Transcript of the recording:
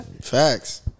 Facts